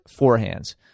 forehands